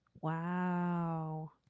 Wow